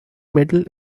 middle